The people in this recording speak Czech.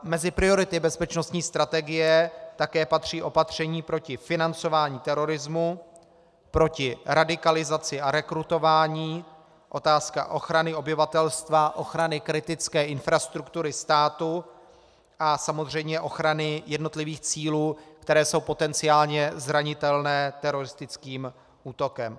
Mezi priority bezpečnostní strategie také patří opatření proti financování terorismu, proti radikalizaci a rekrutování, otázka ochrany obyvatelstva, ochrany kritické infrastruktury státu a samozřejmě ochrany jednotlivých cílů, které jsou potenciálně zranitelné teroristickým útokem.